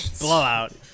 blowout